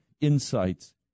insights